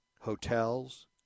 hotels